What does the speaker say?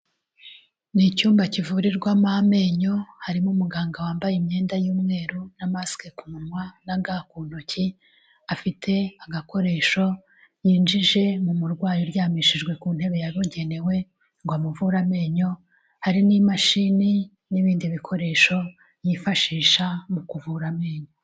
Ni icyumba kivurirwamo amenyo, harimo umuganga wambaye imyenda y'umweru na maske ku munwa na ga ku ntoki, afite agakoresho yinjije mu murwayi uryamishijwe ku ntebe yabugenewe, ngo amuvure amenyo, hari n'imashini n'ibindi bikoresho yifashisha mu kuvura amenyo.